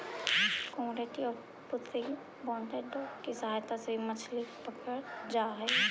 cormorant और Portuguese water dog की सहायता से भी मछली पकड़रल जा हई